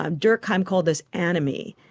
um durkheim called this anomie.